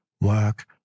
work